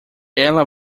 ela